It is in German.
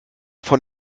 von